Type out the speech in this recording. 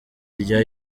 rya